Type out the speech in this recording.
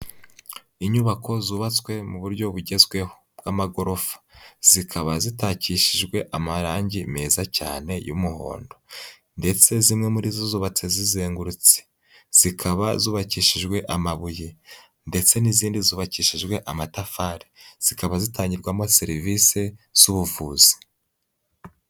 Inyubako zubatswe mu buryo bugezweho bw'amagorofa, zikaba zitakishijwe amarange meza cyane y'umuhondo ndetse zimwe muri zo zubatse zizengurutse, zikaba zubakishijwe amabuye ndetse n'izindi zubakishijwe amatafari, zikaba zitangirwamo serivisi z'ubuvuzi.